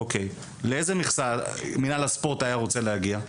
אוקיי, לאיזו מכסה מינהל הספורט היה רוצה להגיע?